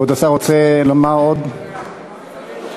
כבוד השר רוצה לומר עוד, להשיב?